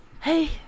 Hey